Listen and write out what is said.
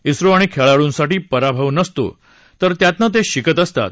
इसरो आणि खेळाडूंसाठी पराभव नसतो तर त्यातनं ते शिकत असतात